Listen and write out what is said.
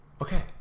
okay